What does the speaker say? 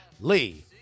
Lee